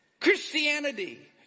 Christianity